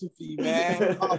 man